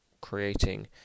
creating